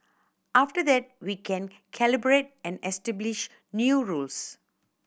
after that we can calibrate and establish new rules